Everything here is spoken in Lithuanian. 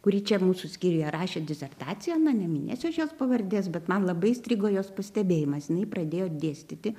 kuri čia mūsų skyriuje rašė disertaciją na neminėsiu aš jos pavardės bet man labai įstrigo jos pastebėjimas jinai pradėjo dėstyti